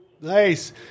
Nice